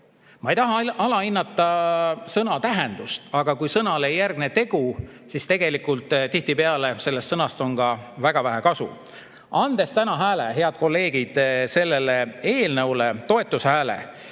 Ma ei taha alahinnata sõna tähendust, aga kui sõnale ei järgne tegu, siis tihtipeale sellest sõnast on väga vähe kasu. Andes täna toetushääle, head kolleegid, sellele eelnõule, te